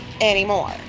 anymore